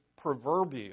proverbial